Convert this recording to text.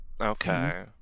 Okay